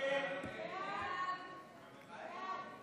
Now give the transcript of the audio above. בעד, 38, נגד,